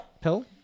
pill